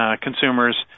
consumers